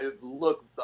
look